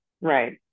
Right